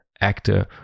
actor